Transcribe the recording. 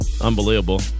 Unbelievable